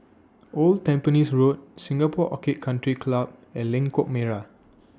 Old Tampines Road Singapore Orchid Country Club and Lengkok Merak